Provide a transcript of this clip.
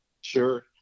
Sure